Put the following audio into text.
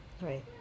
right